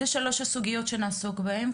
אלה שלוש הסוגיות שנעסוק בהן.